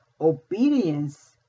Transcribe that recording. obedience